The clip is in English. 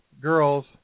girls